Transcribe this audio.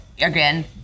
again